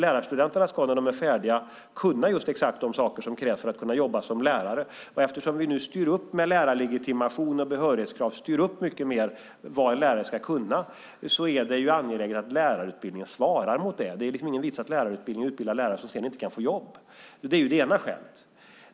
Lärarstudenterna ska när de är färdiga kunna exakt de saker som krävs för att kunna jobba som lärare. Eftersom vi nu med lärarlegitimation och behörighetskrav styr upp mycket mer vad en lärare ska kunna är det angeläget att lärarutbildningen svarar mot det. Det är ingen vits att lärarutbildningen utbildar lärare som sedan inte kan få jobb. Det är det ena skälet.